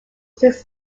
six